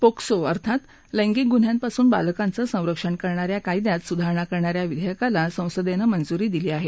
POCSO अर्थात लैंगिक गुन्ह्यांपासून बालकांचं संरक्षण करणाऱ्या कायद्यात सुधारणा करणा या विधेयकाला संसदेनं मंजुरी दिली आहे